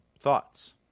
Thoughts